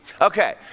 Okay